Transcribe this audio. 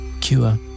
cure